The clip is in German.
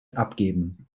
abgeben